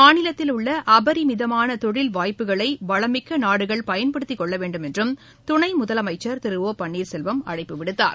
மாநிலத்தில் உள்ள அபரிமிதமான தொழில் வாய்ப்புகளை வளமிக்க நாடுகள் பயன்படுத்திக் கொள்ள வேண்டும் என்றும் துணை முதலமைச்சர் திரு ஒ பள்ளீர்செல்வம் அழைப்பு விடுத்தார்